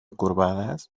curvadas